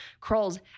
crawls